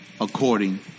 according